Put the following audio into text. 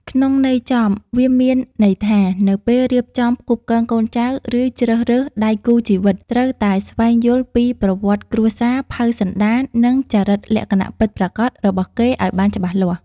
ក្នុងន័យចំវាមានន័យថា នៅពេលរៀបចំផ្គូផ្គងកូនចៅ ឬជ្រើសរើសដៃគូជីវិត ត្រូវតែស្វែងយល់ពីប្រវត្តិគ្រួសារ ផៅសន្តាន និងចរិតលក្ខណៈពិតប្រាកដរបស់គេ ឱ្យបានច្បាស់លាស់។